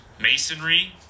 Masonry